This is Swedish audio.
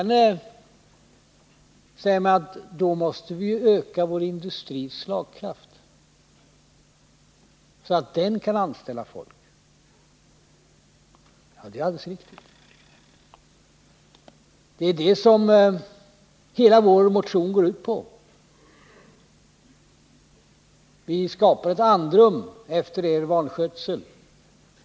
Ni säger att vi i stället måste öka vår industris slagkraft, så att industrin kan anställa folk. Det är alldeles riktigt. Det är det som hela vår motion går ut på. Vi vill, via importdepositionerna, skapa ett andrum efter er vanskötsel.